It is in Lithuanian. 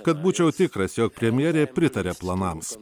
kad būčiau tikras jog premjerė pritaria planams